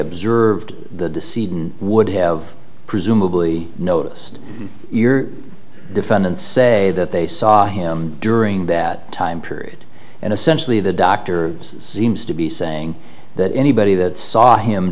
observed the seed and would have presumably noticed your defendant say that they saw him during that time period and essentially the doctor seems to be saying that anybody that saw him